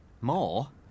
More